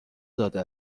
داده